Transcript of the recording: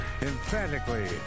emphatically